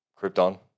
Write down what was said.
Krypton